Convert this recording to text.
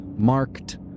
marked